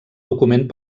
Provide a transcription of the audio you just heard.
document